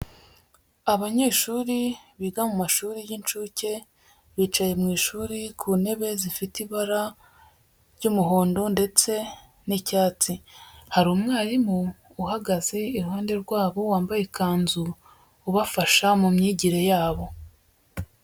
Abanyeshuri biga mu mashuri y'incuke bicaye mu ishuri ku ntebe zifite ibara ry'umuhondo ndetse n'icyatsi, hari umwarimu uhagaze iruhande rwabo wambaye ikanzu, ubafasha mu myigire yabo.